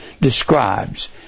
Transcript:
describes